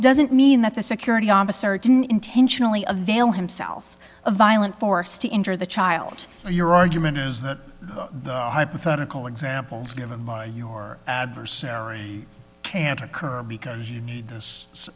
doesn't mean that the security officer didn't intentionally avail himself of violent force to injure the child so your argument is that the hypothetical examples given by your adversary can't occur because you need this